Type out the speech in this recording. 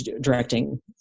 directing